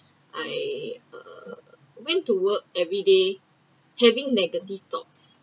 I uh went to work everyday having negative thoughts